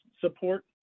support